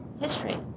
history